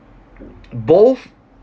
both